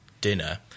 Dinner